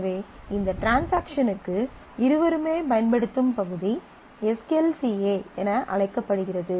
எனவே இந்த ட்ரான்ஸாக்ஷனுக்கு இருவருமே பயன்படுத்தும் பகுதி S Q L C A என அழைக்கப்படுகிறது